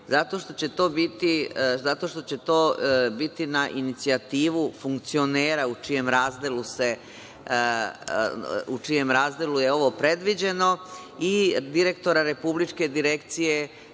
zato što će to biti na inicijativu funkcionera u čijem razdelu je ovo predviđeno i direktora Republičke direkcije